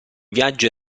viaggio